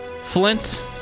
Flint